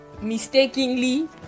mistakenly